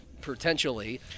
potentially